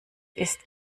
ist